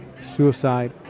suicide